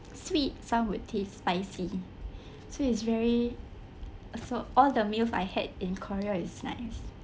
sweet some will taste spicy so it's very so all the meals I had in korea is nice